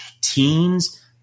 teens